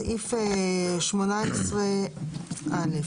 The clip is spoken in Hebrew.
סעיף 18(א).